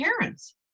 parents